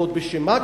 ועוד בשל מה?